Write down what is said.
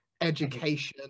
education